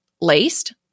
laced